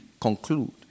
conclude